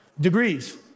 degrees